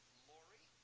laurie,